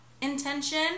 intention